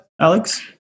Alex